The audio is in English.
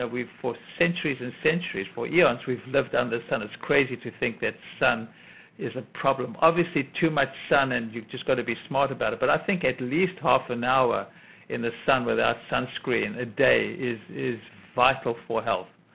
ah for centuries and centuries, for eons, we've lived under the sun. it's crazy to think that sun is a problem obviously, too much sun, and you've just got to be smart about it. but i think at least half an hour in the sun without sunscreen a day is is vital for health.